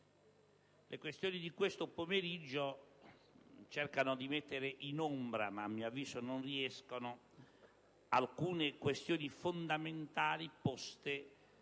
avanzate questo pomeriggio cercano di mettere in ombra, ma a mio avviso non ci riescono, alcune questioni fondamentali poste